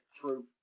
True